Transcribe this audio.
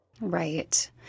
Right